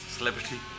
Celebrity